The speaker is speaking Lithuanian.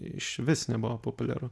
išvis nebuvo populiaru